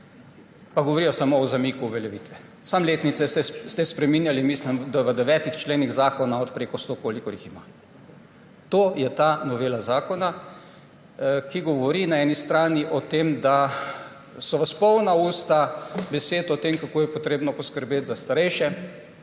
pa govorijo samo o zamiku uveljavitve. Samo letnice ste spreminjali, mislim da v devetih členih zakona od preko sto, kolikor je vseh. To je ta novela zakona, ki govori na eni strani o tem, da so vas polna usta besed o tem, kako je treba poskrbeti za starejše,